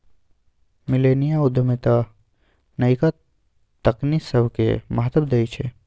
मिलेनिया उद्यमिता नयका तकनी सभके महत्व देइ छइ